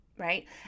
Right